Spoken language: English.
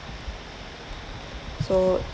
so